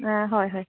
অঁ হয় হয়